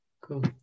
Cool